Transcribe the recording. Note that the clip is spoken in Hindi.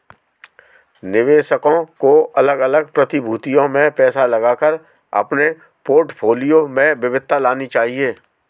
निवेशकों को अलग अलग प्रतिभूतियों में पैसा लगाकर अपने पोर्टफोलियो में विविधता लानी चाहिए